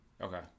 okay